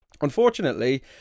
Unfortunately